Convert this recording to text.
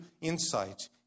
insight